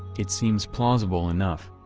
it seems plausible enough.